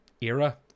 era